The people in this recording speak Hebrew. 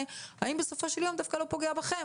האם הוא לא פוגע דווקא בכם?